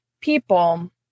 people